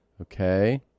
Okay